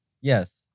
Yes